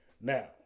Now